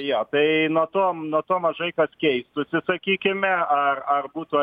jo tai nuo to nuo to mažai kas keistųsi sakykime ar ar būtų